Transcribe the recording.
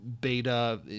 Beta